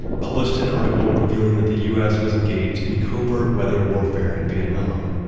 published an article revealing that the u s. was engaged in covert weather warfare in vietnam.